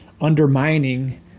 undermining